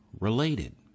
related